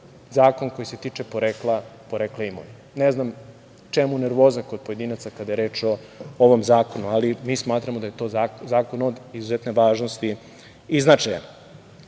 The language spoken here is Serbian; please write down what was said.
Zakon koji se tiče porekla imovine. Ne znam čemu nervoza kod pojedinaca kada je reč o ovom zakonu, ali mi smatramo da je to zakon od izuzetne važnosti i značaja. Dakle,